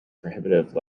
prohibitive